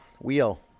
Wheel